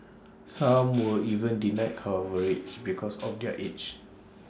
some were even denied coverage because of their age